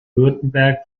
württemberg